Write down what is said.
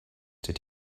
did